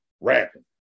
rapping